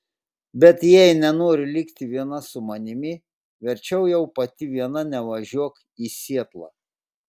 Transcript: bet jei nenori likti viena su manimi verčiau jau pati viena nevažiuok į sietlą